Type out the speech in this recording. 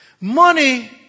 Money